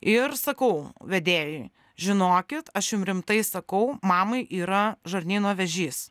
ir sakau vedėjui žinokit aš jum rimtai sakau mamai yra žarnyno vėžys